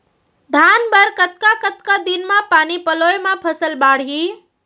धान बर कतका कतका दिन म पानी पलोय म फसल बाड़ही?